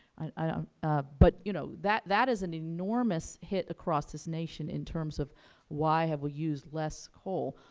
and um ah but you know that that is an enormous hit across this nation in terms of why have we used less coal.